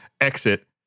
exit